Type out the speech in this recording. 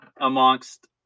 amongst